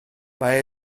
mae